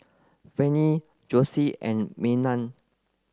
Vannie Josue and Maynard